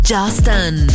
Justin